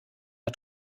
der